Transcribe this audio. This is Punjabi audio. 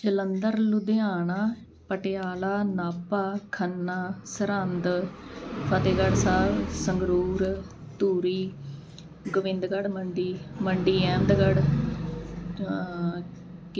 ਜਲੰਧਰ ਲੁਧਿਆਣਾ ਪਟਿਆਲਾ ਨਾਭਾ ਖੰਨਾ ਸਰਹੰਦ ਫਤਿਹਗੜ੍ਹ ਸਾਹਿਬ ਸੰਗਰੂਰ ਧੂਰੀ ਗੋਬਿੰਦਗੜ੍ਹ ਮੰਡੀ ਮੰਡੀ ਅਹਿਮਦਗੜ